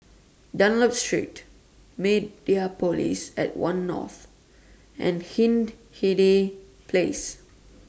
Dunlop Street Mediapolis At one North and Hindhede Place